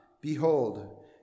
Behold